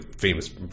famous